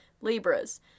Libras